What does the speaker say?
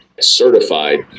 certified